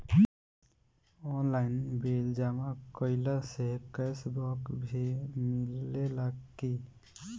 Online bill जमा कईला से कैश बक भी मिलेला की?